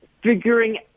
figuring